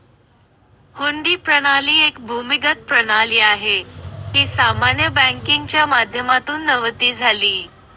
हुंडी प्रणाली एक भूमिगत प्रणाली आहे, ही सामान्य बँकिंगच्या माध्यमातून नव्हती झाली